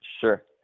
Sure